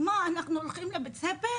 הולכות לבית ספר,